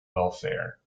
welfare